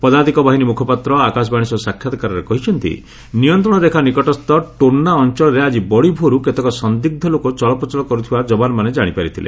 ପଦାତିକ ବାହିନୀ ମୁଖପାତ୍ର ଆକାଶବାଶୀ ସହ ସାକ୍ଷାତ୍କାରରେ କହିଛନ୍ତି ନିୟନ୍ତ୍ରଣ ରେଖା ନିକଟସ୍ଥ ଟୋର୍ଣ୍ଣା ଅଞ୍ଚଳରେ ଆକି ବଡ଼ି ଭୋରୁ କେତେକ ସନ୍ଦିଗ୍ମ ଲୋକ ଚଳପ୍ରଚଳ କରୁଥିବା ଯବାନମାନେ ଜାଣିପାରିଥିଲେ